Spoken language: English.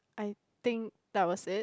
I think that was it